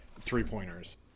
three-pointers